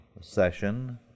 session